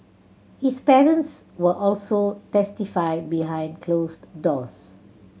his parents will also testify behind closed doors